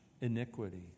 iniquity